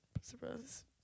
Surprise